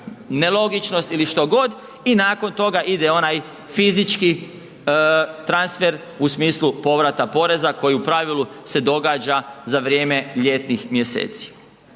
nelogičnost ili što god i nakon toga ide onaj fizički transfer u smislu povrata poreza koji u pravilu se događa za vrijeme ljetnih mjeseci.